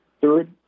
Third